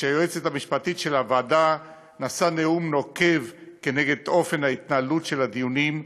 כשהיועצת המשפטית של הוועדה נשאה נאום נוקב כנגד אופן התנהלות הדיונים,